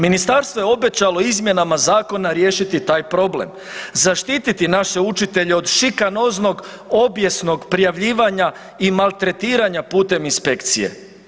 Ministarstvo je obećalo izmjenama zakona riješiti taj problem, zaštiti naše učitelje od šikanoznog obijesnog prijavljivanja i maltretiranja putem inspekcije.